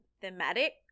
thematic